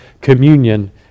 communion